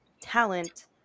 talent